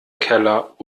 keller